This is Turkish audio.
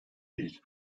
değil